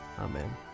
Amen